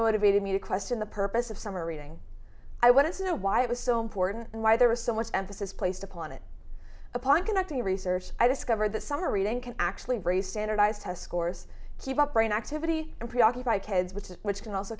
motivated me to question the purpose of summer reading i wanted to know why it was so important and why there was so much emphasis placed upon it upon conducting research i discovered that summer reading can actually raise standardized test scores keep up brain activity and preoccupied kids which is which can also